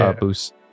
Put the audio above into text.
boost